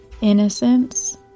innocence